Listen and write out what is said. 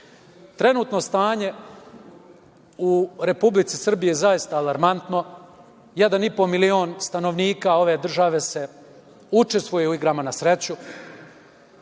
mere. Trenutno stanje u Republici Srbiji je zaista alarmantno, jedan i po milion stanovnika ove države učestvuje u igrama na sreću,